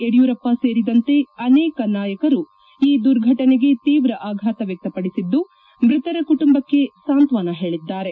ಯಡಿಯೂರಪ್ಪ ಸೇರಿದಂತೆ ಅನೇಕ ನಾಯಕರು ಈ ದುರ್ಘಟನೆಗೆ ತೀವ್ರ ಆಘಾತ ವ್ಯಕ್ತಪಡಿಸಿದ್ದು ಮೃತರ ಕುಟುಂಬಕ್ಕೆ ಸಾಂತ್ವನ ಹೇಳಿದ್ದಾರೆ